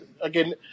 again